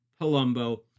Palumbo